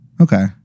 Okay